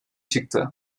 çıktı